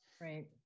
Right